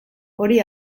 hori